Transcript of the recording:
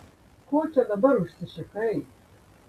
ko čia dabar užsišikai